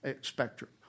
spectrum